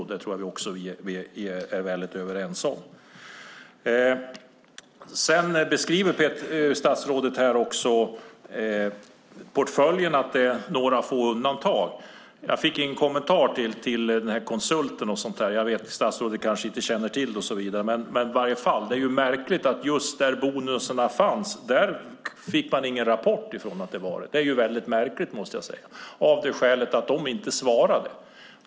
Också det tror jag att vi är väldigt överens om. Statsrådet ger här en beskrivning avseende portfölj och några få undantag. Jag fick en kommentar till detta med konsulten, men statsrådet känner kanske inte till den saken. Att man inte fått någon rapport från där bonusar fanns är väldigt märkligt, måste jag säga. Man svarade nämligen inte.